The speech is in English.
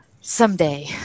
someday